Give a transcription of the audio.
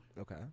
Okay